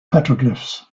petroglyphs